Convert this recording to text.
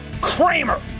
Kramer